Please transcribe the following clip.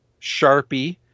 Sharpie